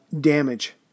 damage